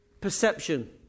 perception